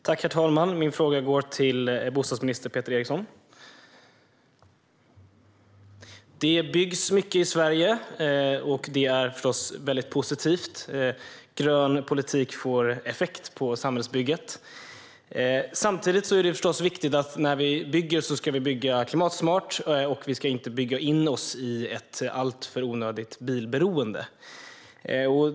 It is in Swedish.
Herr talman! Min fråga går till bostadsminister Peter Eriksson. Det byggs mycket i Sverige, och det är förstås mycket positivt. Grön politik får effekt på samhällsbygget. Samtidigt är det viktigt att bygga klimatsmart och inte bygga in sig i ett alltför onödigt bilberoende.